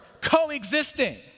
coexisting